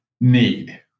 need